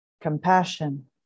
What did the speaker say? compassion